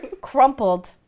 crumpled